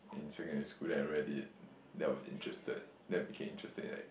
in secondary school that I read it that was interested then became interested in